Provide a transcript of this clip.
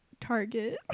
Target